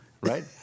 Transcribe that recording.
right